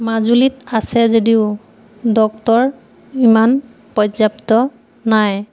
মাজুলীত আছে যদিও ডক্টৰ ইমান পৰ্য্য়াপ্ত নাই